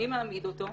מי מעמיד אותו?